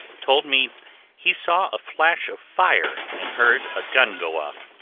told me he saw a flash of fire, and heard a gun go off.